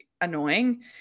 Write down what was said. annoying